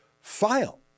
file